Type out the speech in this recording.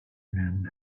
men